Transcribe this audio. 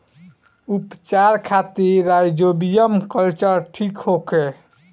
उपचार खातिर rhizobium culture ठीक होखे?